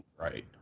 right